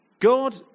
God